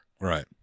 Right